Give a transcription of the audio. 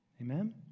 Amen